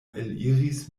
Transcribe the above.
eliris